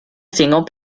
single